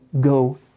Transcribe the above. go